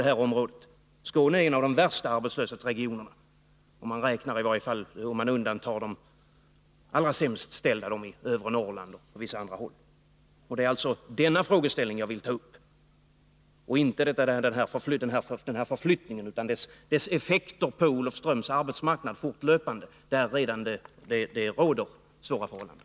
Skåne är en av de värsta arbetslöshetsregionerna, i varje fall om man undantar de allra sämst ställda, i övre Norrland och på några andra håll. Det är denna frågeställning jag vill ta upp. Frågan gäller alltså inte förflyttningen utan dess fortlöpande effekter på Olofströms arbetsmarknad, där det redan råder svåra förhållanden.